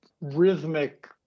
rhythmic